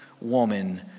woman